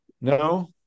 No